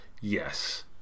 yes